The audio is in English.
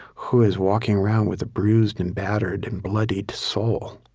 who is walking around with a bruised and battered and bloodied soul